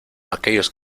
aquellos